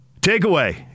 Takeaway